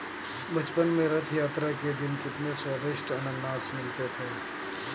बचपन में रथ यात्रा के दिन कितने स्वदिष्ट अनन्नास मिलते थे